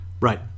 right